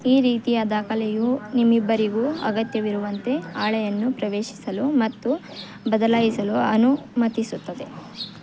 ಈ ರೀತಿಯ ದಾಖಲೆಯು ನಿಮ್ಮಿಬ್ಬರಿಗೂ ಅಗತ್ಯವಿರುವಂತೆ ಹಾಳೆಯನ್ನು ಪ್ರವೇಶಿಸಲು ಮತ್ತು ಬದಲಾಯಿಸಲು ಅನುಮತಿಸುತ್ತದೆ